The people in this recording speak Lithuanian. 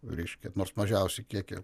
reiškia nors mažiausią kiekį